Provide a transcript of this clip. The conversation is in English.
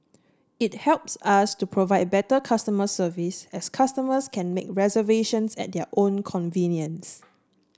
it helps us to provide better customer service as customers can make reservations at their own convenience